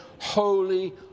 Holy